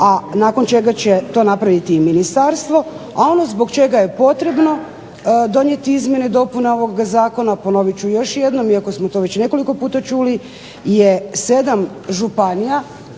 a nakon čega će to napraviti Ministarstvo, a ono zbog čega je potrebno donijeti izmjene i dopune ovog Zakona, ponoviti ću to još jednom, iako smo to nekoliko puta čuli je 7 županija,